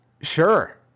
sure